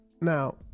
now